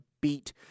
beat